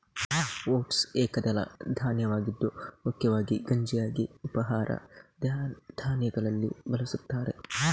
oats ಏಕದಳ ಧಾನ್ಯವಾಗಿದ್ದು ಮುಖ್ಯವಾಗಿ ಗಂಜಿಯಾಗಿ ಉಪಹಾರ ಧಾನ್ಯಗಳಲ್ಲಿ ಬಳಸುತ್ತಾರೆ